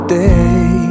day